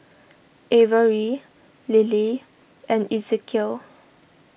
Avery Lilly and Ezekiel